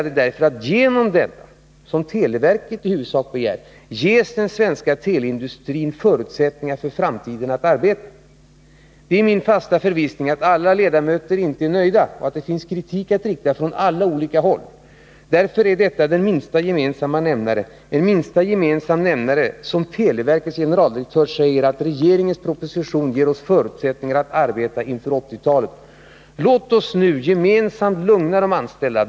Det är genom detta, som televerket i huvudsak begärt, som den svenska teleindustrin ges förutsättningar att arbeta för framtiden. Det är min fasta förvissning att alla ledamöter inte är nöjda och att det finns kritik att rikta från alla olika håll. Därför utgör propositionen den minsta gemensamma nämnaren — en minsta gemensam nämnare som televerkets generaldirektör säger ger televerket förutsättningar att arbeta inför 1980 talet. Låt oss nu gemensamt lugna de anställda.